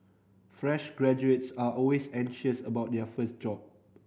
fresh graduates are always anxious about their first job